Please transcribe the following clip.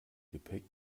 gepäck